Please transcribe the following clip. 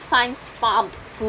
science farmed food